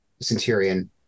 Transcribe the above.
centurion